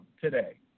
today